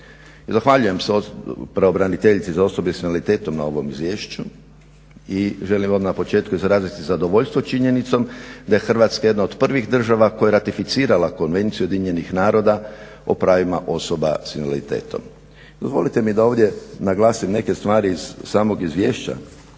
zahvaljujem se pravobraniteljici za osobe s invaliditetom na ovom izvješću i želim vam na početku izraziti zadovoljstvo činjenicom da je Hrvatska jedna od prvih država koja je ratificirala Konvenciju UN-a o pravima osoba s invaliditetom. Dozvolite mi da ovdje naglasim neke stvari iz samo izvješća